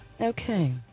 Okay